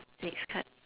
next card